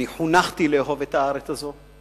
חונכתי לאהוב את הארץ הזו,